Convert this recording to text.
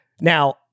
Now